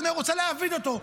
הוא אומר שרוצים להעביד אותו,